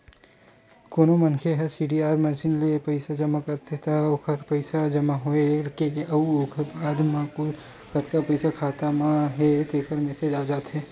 कोनो मनखे ह सीडीआर मसीन ले पइसा जमा करथे त ओखरो पइसा जमा होए के अउ ओखर बाद कुल कतका पइसा खाता म हे तेखर मेसेज आ जाथे